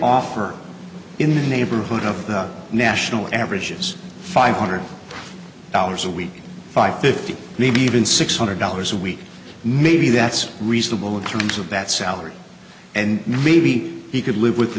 offer in the neighborhood of the national averages five hundred dollars a week five fifty maybe even six hundred dollars a week maybe that's reasonable in terms of that salary and maybe he could live with the